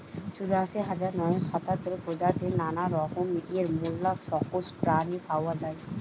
চুরাশি হাজার নয়শ সাতাত্তর প্রজাতির নানা রকমের মোল্লাসকস প্রাণী পাওয়া যায়